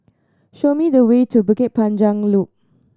show me the way to Bukit Panjang Loop